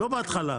לא בהתחלה.